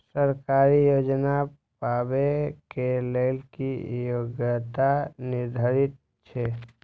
सरकारी योजना पाबे के लेल कि योग्यता निर्धारित छै?